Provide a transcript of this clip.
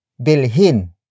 bilhin